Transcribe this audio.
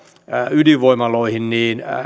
ydinvoimaloihin niin